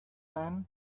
then